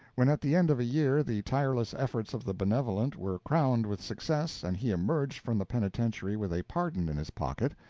when, at the end of a year, the tireless efforts of the benevolent were crowned with success, and he emerged from the penitentiary with a pardon in his pocket,